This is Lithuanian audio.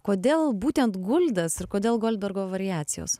kodėl būtent guldas ir kodėl goldbergo variacijos